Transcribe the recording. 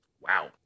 wow